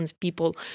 people